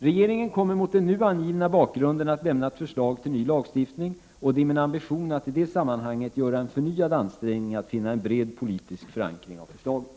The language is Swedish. Regeringen kommer mot den nu angivna bakgrunden att lämna ett förslag till ny lagstiftning, och det är min ambition att i det sammanhanget göra en förnyad ansträngning att finna en bred politisk förankring av förslaget.